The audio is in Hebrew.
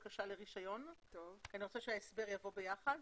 בקשה לרישיון כי אני רוצה שההסבר יבוא ביחד.